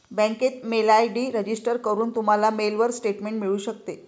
बँकेत mail ID register करून, तुम्हाला मेलवर स्टेटमेंट मिळू शकते